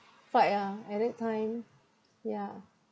fight ah at that time yeah